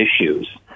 issues